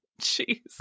jeez